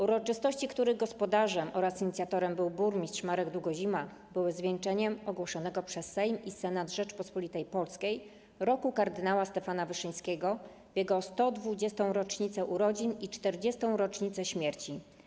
Uroczystości, których gospodarzem oraz inicjatorem był burmistrz Marek Długozima, były zwieńczeniem ogłoszonego przez Sejm i Senat Rzeczypospolitej Polskiej Roku Kardynała Stefana Wyszyńskiego w jego 120. rocznicę urodzin i 40. rocznicę śmierci.